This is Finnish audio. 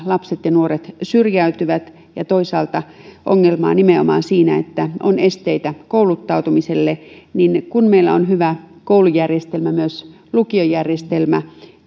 lapset ja nuoret syrjäytyvät ja toisaalta ongelmaa nimenomaan siinä että on esteitä kouluttautumiselle kun meillä on hyvä koulujärjestelmä myös lukiojärjestelmä